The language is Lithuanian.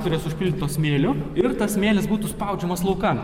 kurios užpildytos smėliu ir tas smėlis būtų spaudžiamas laukan